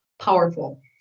powerful